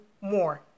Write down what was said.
more